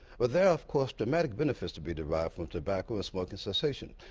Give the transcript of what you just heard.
but there are of course dramatic benefits to be derived from tobacco smoking cessation.